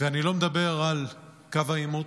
ואני לא מדבר על קו העימות,